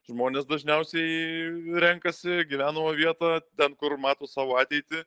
žmonės dažniausiai renkasi gyvenamą vietą ten kur mato savo ateitį